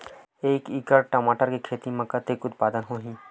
एक एकड़ टमाटर के खेती म कतेकन उत्पादन होही?